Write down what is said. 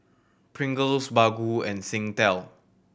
Pringles Baggu and Singtel